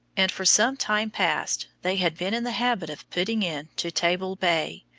and for some time past they had been in the habit of putting in to table bay,